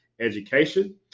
education